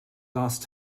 last